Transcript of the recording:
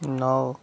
नौ